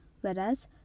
whereas